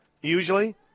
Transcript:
usually